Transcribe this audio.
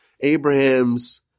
Abraham's